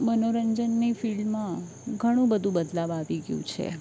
મનોરંજનની ફિલ્ડમાં ઘણું બધું બદલાવ આવી ગયું છે